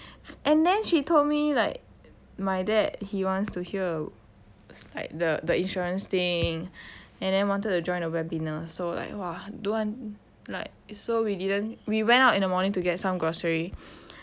and then she told me like my dad he wants to hear like the the insurance thing and then wanted to join a webinar so like !wah! do until like so we didn't we went out in the morning to get some grocery